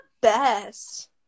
best